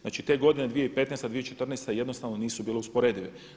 Znači te godine 2015.-2014. jednostavno nisu bile usporedive.